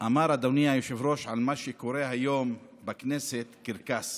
אמר על מה שקורה היום בכנסת "קרקס".